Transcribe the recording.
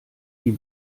die